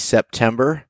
September